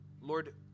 Lord